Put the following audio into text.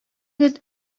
егет